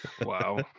Wow